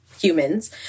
humans